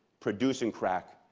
producing crack,